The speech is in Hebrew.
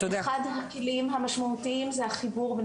אחד הכלים המשמעותיים זה החיבור בין